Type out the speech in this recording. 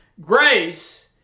grace